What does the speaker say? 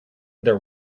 their